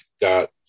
got